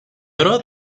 oro